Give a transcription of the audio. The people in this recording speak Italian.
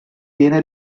viene